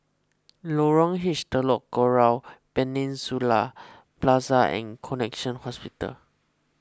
Lorong H Telok Kurau Peninsula Plaza and Connexion Hospital